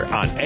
on